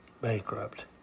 bankrupt